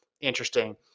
interesting